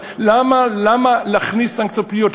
אבל למה להכניס סנקציות פליליות?